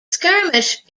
skirmish